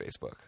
Facebook